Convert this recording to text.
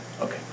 Okay